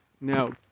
Now